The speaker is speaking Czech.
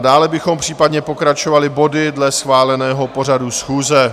Dále bychom případně pokračovali body dle schváleného pořadu schůze.